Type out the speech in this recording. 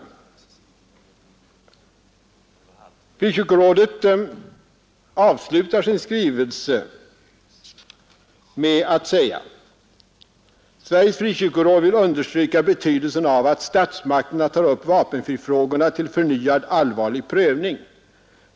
Sveriges frikyrkoråd avslutar sin skrivelse med följande ord: ”Sveriges Frikyrkoråd vill understryka betydelsen av att statsmakterna tar upp vapenfrifrågorna till förnyad allvarlig prövning.